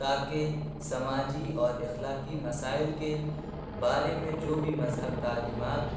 تاکہ سماجی اور اخلاقی مسائل کے بارے میں جو بھی مذہب تعلیمات